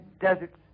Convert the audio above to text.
deserts